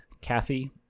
Kathy